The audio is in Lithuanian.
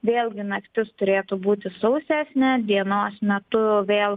vėlgi naktis turėtų būti sausesnė dienos metu vėl